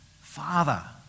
Father